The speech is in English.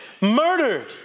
murdered